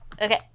Okay